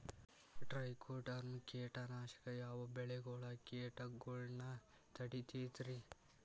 Trichoderma ಕೇಟನಾಶಕ ಯಾವ ಬೆಳಿಗೊಳ ಕೇಟಗೊಳ್ನ ತಡಿತೇತಿರಿ?